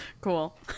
Cool